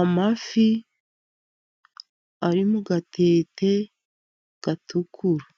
Amafi ari mugatete gatukura,